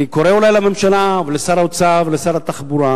אני קורא לממשלה ולשר האוצר ולשר התחבורה